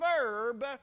verb